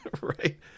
right